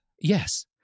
Yes